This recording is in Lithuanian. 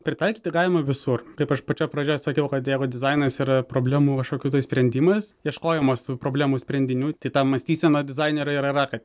pritaikyti galima visur kaip aš pačioj pradžioj sakiau kad jeigu dizainas yra problemų kažkokių tai sprendimas ieškojimas problemų sprendinių tai ta mąstysena dizainerio ir yra kad